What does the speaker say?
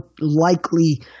likely